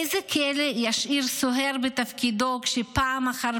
איזה כלא ישאיר סוהר בתפקידו כשפעם אחר